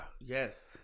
yes